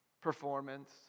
performance